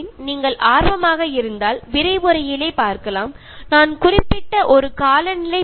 അത് നിങ്ങൾക്ക് കാണാൻ താല്പര്യം ഉണ്ടെങ്കിൽ ഈ ക്ലാസ്സിൽ തന്നിരിക്കുന്ന ലിങ്കിൽ നിന്ന് തന്നെ കാണാവുന്നതാണ്